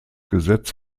gesetz